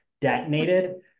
detonated